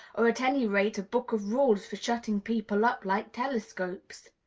or at any rate, a book of rules for shutting people up like telescopes.